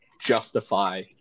justify